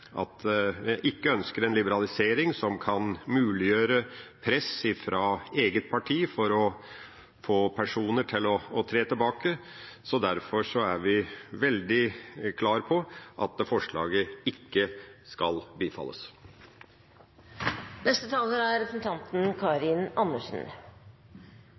at en ikke ønsker en liberalisering som kan muliggjøre press fra eget parti for å få personer til å tre tilbake, så derfor er vi veldig klare på at forslaget ikke skal